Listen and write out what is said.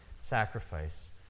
sacrifice